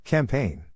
Campaign